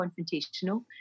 confrontational